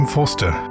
Forster